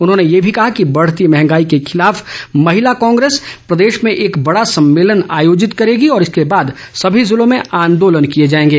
उन्होंने ये भी कहा कि बढ़ती मंहगाई के खिलाफ महिला कांग्रेस प्रदेश में एक बड़ा सम्मेलन आयोजित करेगी और इसके बाद सभी जिलों में आंदोलन किए जाएंगे